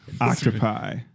Octopi